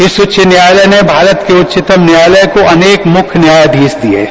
इस उच्च न्यायालय ने उच्चतम न्यायालय को अनेक मुख्य न्यायाधीश दिए हैं